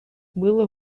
было